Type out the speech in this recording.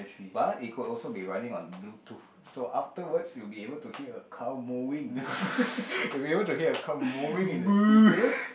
but it could also be running on bluetooth so afterwards you would be able to hear a cow mooing you would be able to hear a cow mooing in the speaker